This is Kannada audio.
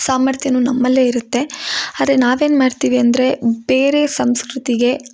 ಸಾಮರ್ಥ್ಯವೂ ನಮ್ಮಲ್ಲೇ ಇರುತ್ತೆ ಆದರೆ ನಾವೇನು ಮಾಡ್ತೀವಿ ಅಂದರೆ ಬೇರೆ ಸಂಸ್ಕೃತಿಗೆ